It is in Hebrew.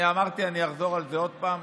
אני אמרתי, ואני אחזור על זה עוד פעם,